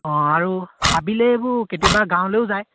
অঁ আৰু হাবিলৈ এইবোৰ কেতিয়াবা গাঁৱলৈও যায়